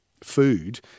food